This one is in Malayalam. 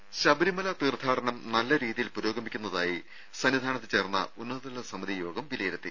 രുഭ ശബരിമല തീർത്ഥാടനം നല്ല രീതിയിൽ പുരോഗമിക്കുന്നതായി സന്നിധാനത്ത് ചേർന്ന ഉന്നതതല സമിതി യോഗം വിലയിരുത്തി